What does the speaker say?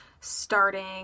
starting